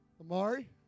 Amari